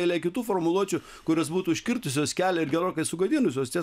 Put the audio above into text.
eilė kitų formuluočių kurios būtų užkirtusios kelią ir gerokai sugadinusios tiesą